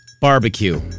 Barbecue